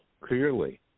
clearly